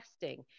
testing